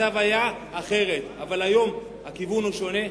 המצב היה אחרת, אבל היום הכיוון הוא שונה.